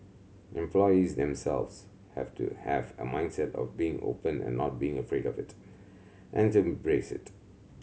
employees themselves have to have a mindset of being open and not being afraid of it and to embrace it